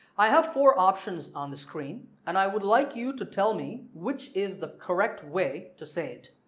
i have four options on the screen and i would like you to tell me which is the correct way to say it